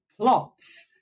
plots